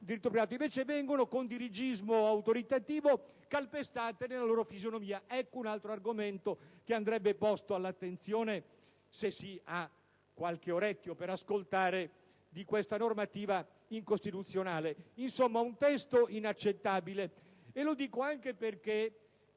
invece vengono con dirigismo autoritativo calpestate nella loro fisionomia. Ecco un altro argomento che andrebbe considerato, se si vuole prestare orecchio, nel valutare questa normativa incostituzionale. Insomma, è un testo inaccettabile e lo dico anche perché